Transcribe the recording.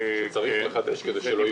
שצריך לחדש כדי שלא יופסקו.